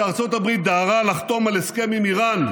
כשארצות הברית דהרה לחתום על הסכם עם איראן,